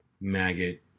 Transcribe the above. maggot